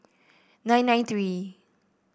nine nine three